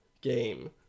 game